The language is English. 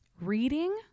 reading